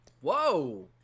Whoa